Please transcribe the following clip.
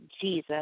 Jesus